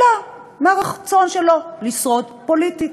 אלא מהרצון שלו לשרוד פוליטית.